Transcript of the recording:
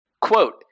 Quote